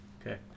Okay